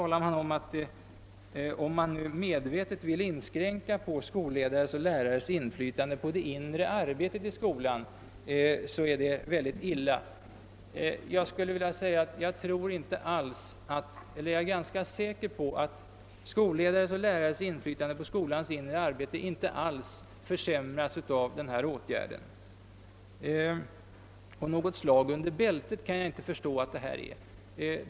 Sedan säger man att det är mycket illa, om man medvetet vill inskränka på skolledares och lärares inflytande på det inre arbetet i skolan. Jag är ganska säker på att skolledares och lärares inflytande på skolans inre arbete inte alls försämras av denna åtgärd. Något slag under bältet kan jag inte förstå att detta är.